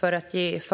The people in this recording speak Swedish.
Det handlar